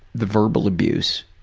the verbal abuse.